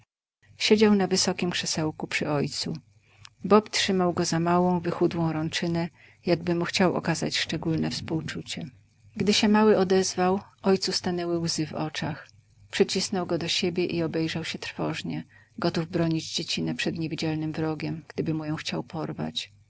siedział na wysokiem krzesełku przy ojcu bob trzymał go za małą wychudłą rączynę jakby mu chciał okazać szczególne współczucie gdy się mały odezwał ojcu stanęły łzy w oczach przycisnął go do siebie i obejrzał się trwożnie gotów bronić dziecinę przed niewidzialnym wrogiem gdyby mu ją chciał porwać